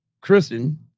Kristen